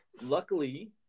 Luckily